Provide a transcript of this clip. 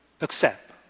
accept